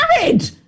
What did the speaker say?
married